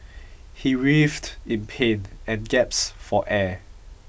he writhed in pain and gaps for air